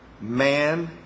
man